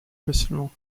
facilement